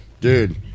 Dude